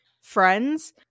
friends